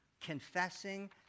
Confessing